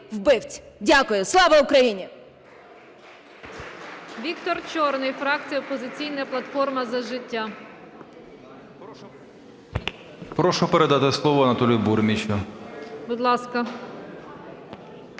Дякую. Слава Україні!